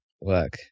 work